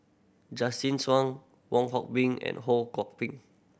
Justin Zhuang Wong Hock Bean and Ho Kwon Ping